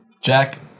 Jack